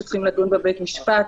הסעתי אותם לבית משפט,